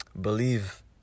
Believe